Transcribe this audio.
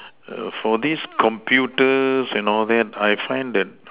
for this computers and all that I find that